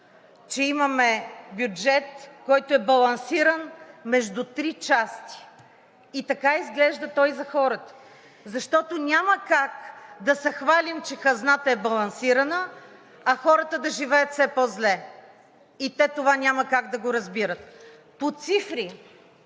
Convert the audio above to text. че имаме бюджет, който е балансиран между три части и така изглежда той за хората, защото няма как да се хвалим, че хазната е балансирана, а хората да живеят все по-зле, и те това няма как да го разбират. По цифри,